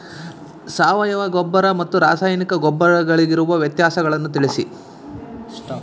ಸಾವಯವ ಗೊಬ್ಬರ ಮತ್ತು ರಾಸಾಯನಿಕ ಗೊಬ್ಬರಗಳಿಗಿರುವ ವ್ಯತ್ಯಾಸಗಳನ್ನು ತಿಳಿಸಿ?